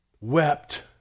wept